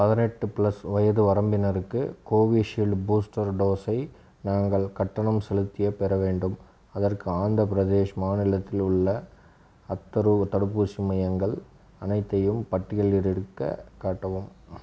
பதினெட்டு பிளஸ் வயது வரம்பினருக்கு கோவிஷீல்டு பூஸ்டர் டோஸை நாங்கள் கட்டணம் செலுத்தியே பெற வேண்டும் அதற்கு ஆந்திரப் பிரதேஷ் மாநிலத்தில் உள்ள அத்தருவ தடுப்பூசி மையங்கள் அனைத்தையும் பட்டியலில்ருக்க காட்டவும்